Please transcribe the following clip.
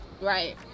right